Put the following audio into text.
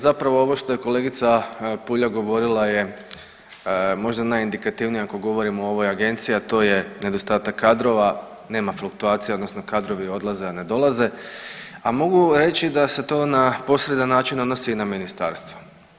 Zapravo ovo što je kolegica Puljak govorila je možda najindikativnije ako govorimo o ovoj agenciji, a to je nedostatak kadrova, nema fluktuacije, odnosno kadrovi odlaze a ne dolaze a mogu reći da se to na posredan način odnosi i na ministarstvo.